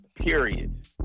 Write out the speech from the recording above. Period